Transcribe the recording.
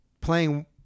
playing